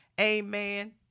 Amen